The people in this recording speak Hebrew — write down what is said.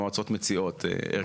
המועצות מציעות הרכבים.